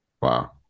Wow